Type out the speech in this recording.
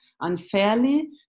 unfairly